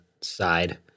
side